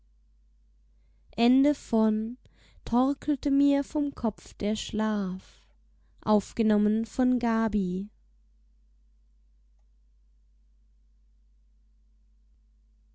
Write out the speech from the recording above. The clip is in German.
torkelte mir vom kopf der schlaf